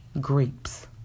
grapes